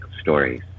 stories